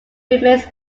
remains